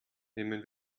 nehmen